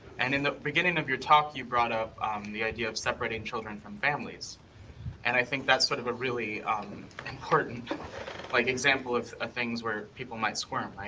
and in the beginning of your talk, you brought up the idea of separating children from families and i think that's sort of a really important like example of ah things where people might squirm, right?